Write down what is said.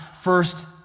first